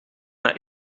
naar